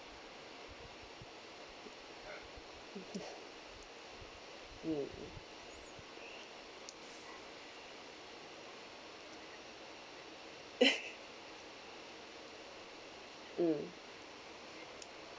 mm mm